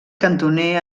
cantoner